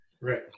right